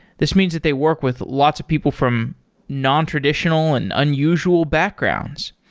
this means that they work with lots of people from nontraditional and unusual backgrounds.